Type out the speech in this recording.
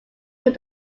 but